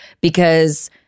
because-